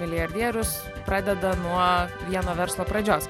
milijardierius pradeda nuo vieno verslo pradžios